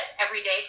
everyday